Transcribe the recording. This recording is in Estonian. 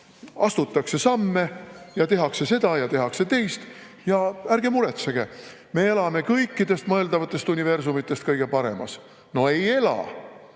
astutakse samme ja tehakse seda ja tehakse teist. "Ärge muretsege, me elame kõikidest mõeldavatest universumitest kõige paremas!" No ei ela.